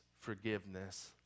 forgiveness